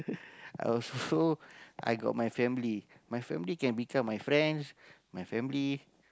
I was also I got my family my family can become my friends my family